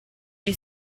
gli